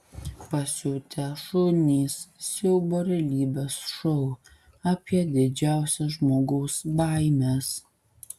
pasiutę šunys siaubo realybės šou apie didžiausias žmogaus baimes